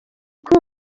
kuri